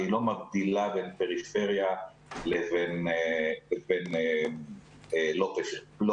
והיא לא מבדילה בין פריפריה ללא פריפריה.